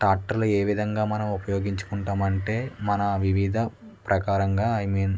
టాక్టర్లు ఏ విధంగా మనం ఉపయోగించుకుంటాం అంటే మన వివిధ ప్రకారంగా ఐ మీన్